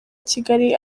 kigali